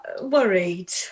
worried